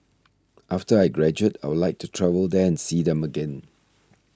after I graduate I'd like to travel there and see them again